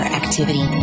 activity